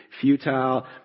futile